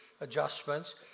adjustments